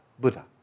Buddha